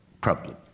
problem